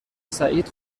سعید